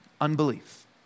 Unbelief